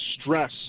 stress